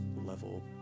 level